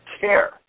care